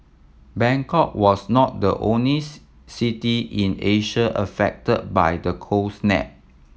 Bangkok was not the only city in Asia affected by the cold snap